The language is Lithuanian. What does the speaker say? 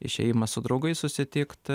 išėjimas su draugais susitikt